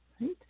right